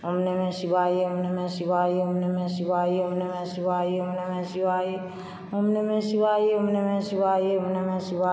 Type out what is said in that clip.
ॐ नमः शिवाय ॐ नमः शिवाय ॐ नमः शिवाय ॐ नमः शिवाय ॐ नमः शिवाय ॐ नमः शिवाय ॐ नमः शिवाय ॐ नमः शिवाय